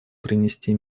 принести